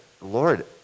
Lord